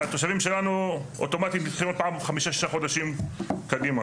והתושבים שלנו, אוטומטית, מחכים 5-6 חודשים קדימה.